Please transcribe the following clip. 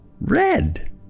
Red